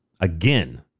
Again